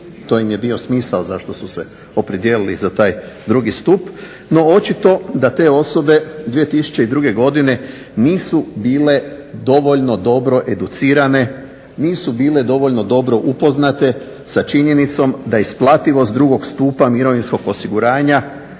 to je bio smisao zašto su se opredijelili za taj drugi stup, no očito da te osobe 2002. Godine nisu bile dovoljno dobro educirane, nisu bile dovoljno dobro upoznate sa činjenicom da isplativost 2. Stupa mirovinskog osiguranja